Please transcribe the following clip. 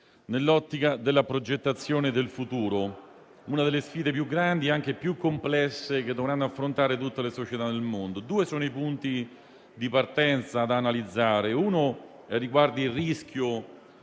nell'ottica della progettazione del futuro, una delle sfide più grandi e più complesse che dovranno affrontare tutte le società del mondo. Due sono i punti di partenza da analizzare: il primo riguarda il rischio